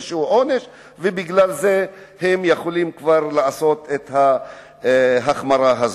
עונש ובגלל זה הם יכולים לעשות את ההחמרה הזאת.